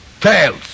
Tails